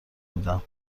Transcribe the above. بودم